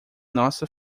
nossa